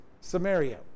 Samaria